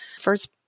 First